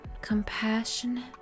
Compassionate